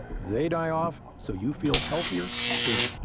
they die off, so you feel healthier sooner.